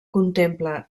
contempla